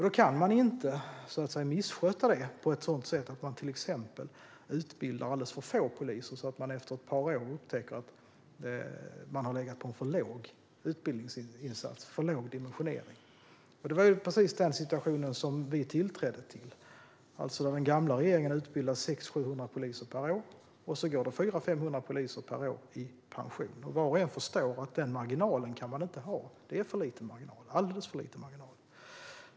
Det kan inte misskötas på ett sådant sätt att det till exempel utbildas alldeles för få poliser, så att det efter ett par år upptäcks att utbildningsinsatsen har haft en för liten dimension. Det var precis den situationen vi tillträdde till. Den gamla regeringen utbildade alltså 600-700 poliser per år, och 400-500 poliser går i pension. Var och en förstår att man inte kan ha den marginalen. Den är alldeles för liten.